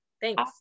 Thanks